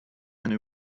eine